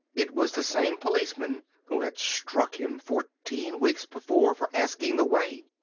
it was the same policeman who had struck him fourteen weeks before for asking the way.